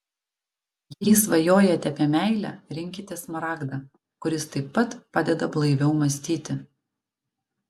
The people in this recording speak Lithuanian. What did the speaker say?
jei svajojate apie meilę rinkitės smaragdą kuris taip pat padeda blaiviau mąstyti